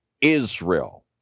Israel